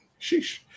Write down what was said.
Sheesh